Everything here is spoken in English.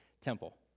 temple